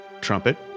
trumpet